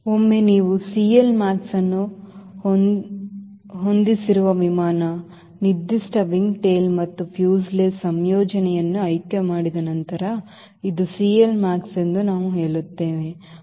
ಒಮ್ಮೆ ನೀವು CLmax ಅನ್ನು ಹೊಂದಿಸಿರುವ ವಿಮಾನ ನಿರ್ದಿಷ್ಟ wingtail ಮತ್ತು ಫ್ಯೂಸ್ಲೇಜ್ ಸಂಯೋಜನೆಯನ್ನು ಆಯ್ಕೆ ಮಾಡಿದ ನಂತರ ಇದು CLmax ಎಂದು ನಾವು ಹೇಳುತ್ತೇವೆ ಮತ್ತು ಇದನ್ನು 1